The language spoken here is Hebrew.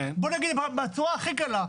בוא נגיד בצורה הכי קלה,